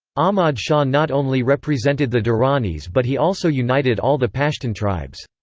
ahmad shah not only represented the durranis but he also united all the pashtun tribes.